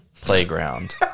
playground